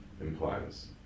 implies